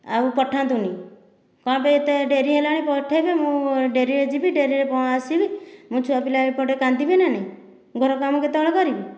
ଆଉ ପଠାନ୍ତୁନି କଣ ପାଇଁ ଏତେ ଡେରି ହେଲାଣି ପଠେଇବେ ମୁଁ ଡେରିରେ ଯିବି ଡେରିରେ ଆସିବି ମୋ ଛୁଆପିଲା ଏପଟେ କାନ୍ଦିବେ ନା ନାହିଁ ଘର କାମ କେତେବେଳେ କରିବି